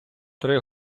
три